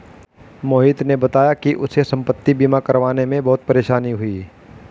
मोहित ने बताया कि उसे संपति बीमा करवाने में बहुत परेशानी हुई